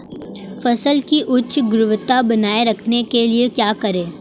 फसल की उच्च गुणवत्ता बनाए रखने के लिए क्या करें?